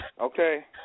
Okay